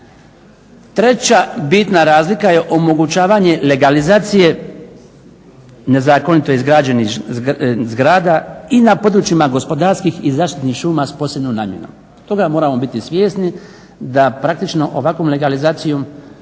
Treća bitna razlika je omogućavanje legalizacije nezakonito izgrađenih zgrada i na područjima gospodarskih i zaštitnih šuma s posebnom namjenom. Toga moramo biti svjesni da praktično ovakvom legalizacijom